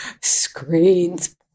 screens